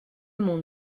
monde